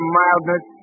mildness